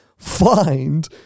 find